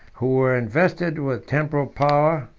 who were invested with temporal power,